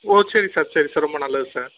ஓ சரி சார் சரி சார் ரொம்ப நல்லது சார்